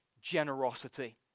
generosity